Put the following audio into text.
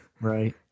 right